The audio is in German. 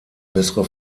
bessere